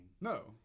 No